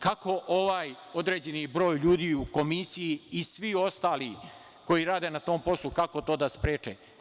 Kako ovaj određeni broj ljudi u komisiji i svi ostali koji rade na tom poslu kako to da spreče?